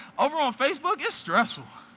over on facebook, it's stressful.